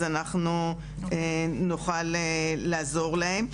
אז אנחנו נוכל לעזור להם.